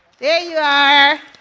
there you are.